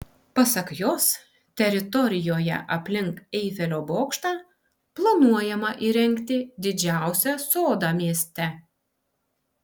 pasak jos teritorijoje aplink eifelio bokštą planuojama įrengti didžiausią sodą mieste